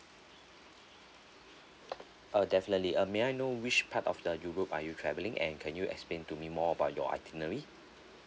uh definitely uh may I know which part of the europe are you travelling and can you explain to me more about your itinerary